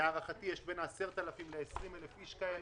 להערכתי, יש בין 10,000 ל-20,000 איש כאלה.